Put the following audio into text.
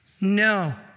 No